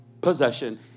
possession